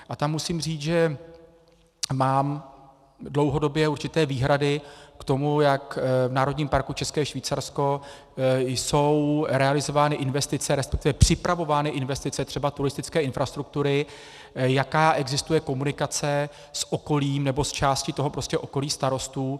A tam musím říct, že mám dlouhodobě určité výhrady k tomu, jak jsou v Národním parku České Švýcarsko realizovány investice, respektive připravovány investice třeba turistické infrastruktury, jaká existuje komunikace s okolím, nebo s částí okolí starostů.